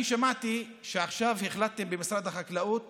אני שמעתי שעכשיו החלטתם במשרד החקלאות